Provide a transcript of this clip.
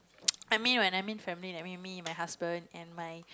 I mean when I mean family I mean me and my husband and my